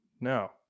No